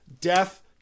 death